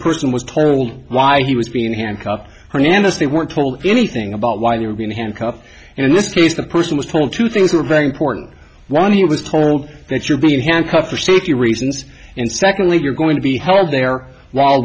person was told why he was being handcuffed hernandez they weren't told anything about why they were being handcuffed and in this case the person was told two things were very important one he was told that you're being handcuffed for safety reasons and secondly you're going to be held there while